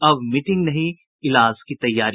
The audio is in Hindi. अब मीटिंग नहीं इलाज की तैयारी